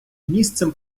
місцем